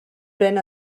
pren